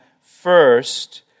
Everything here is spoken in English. first